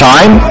Time